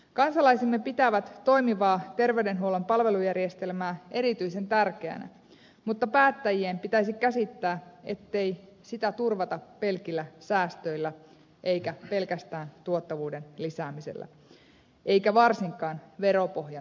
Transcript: kansalaisemme pitävät toimivaa terveydenhuollon palvelujärjestelmää erityisen tärkeänä mutta päättäjien pitäisi käsittää ettei sitä turvata pelkillä säästöillä eikä pelkästään tuottavuuden lisäämisellä eikä varsinkaan veropohjan romuttamisella